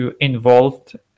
involved